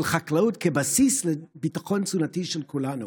חקלאות כבסיס לביטחון התזונתי של כולנו.